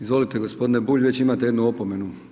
Izvolite gospodine Bulj, već imate jednu opomenu.